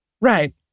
Right